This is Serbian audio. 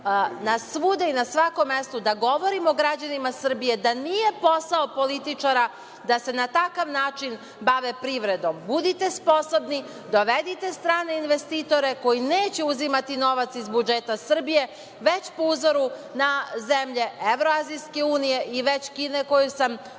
svuda i na svakom mestu da govorimo građanima Srbije da nije posao političara da se na takav način bave privredom. Budite sposobni, dovedite strane investitore koji neće uzimati novac iz budžeta Srbije, već po uzore na zemlje Evroazijske unije i Kine, koju sam pomenula.